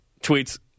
tweets